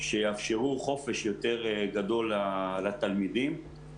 שיאפשרו חופש יותר גדול לתלמידים,